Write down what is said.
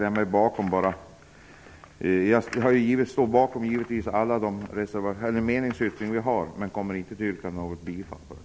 Jag står givetvis bakom Vänsterpartiets meningsyttring men kommer inte att yrka bifall till den.